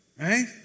right